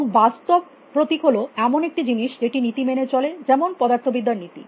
এবং বাস্তব প্রতীক হল এমন একটি জিনিস যেটি নীতি মেনে চলে যেমন পদার্থবিদ্যার নীতি